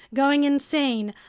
going insane,